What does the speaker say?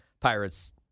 Pirates